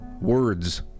words